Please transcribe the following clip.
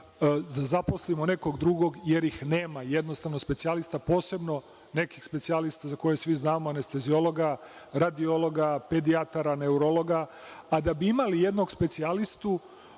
da zaposlimo nekog drugog, jer ih nema. Jednostavno specijalista, posebno nekih specijalista za koje svi znamo, anesteziologa, radiologa, pedijatara, neurologa, a da bi imali jednog specijalistu,